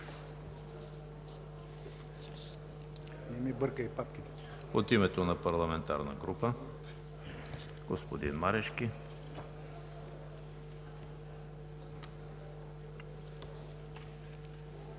от името на парламентарна група – господин Марешки.